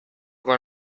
con